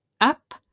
up